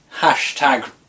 hashtag